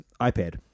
iPad